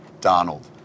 Donald